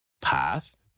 path